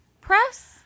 press